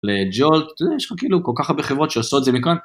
לג'ולט, יש לך כל כך הרבה חברות שעושות את זה מכאן.